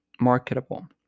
marketable